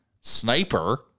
sniper